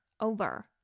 over